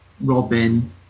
Robin